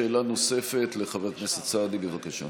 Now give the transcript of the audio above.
שאלה נוספת לחבר הכנסת סעדי, בבקשה.